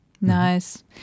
Nice